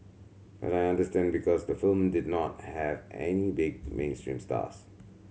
but I understand because the film did not have any big mainstream stars